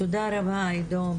תודה רבה עידו,